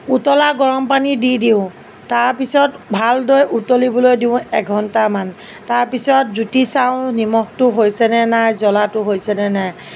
উতলা গৰমপানী দি দিওঁ তাৰপিছত ভালদৰে উতলিবলৈ দিওঁ এঘণ্টামান তাৰপিছত জুতি চাওঁ নিমখটো হৈছেনে নাই জলাটো হৈছেনে নাই